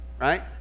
Right